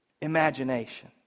imagination